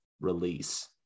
release